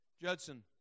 Judson